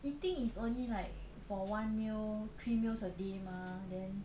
eating is only like for one meal three meals a day mah then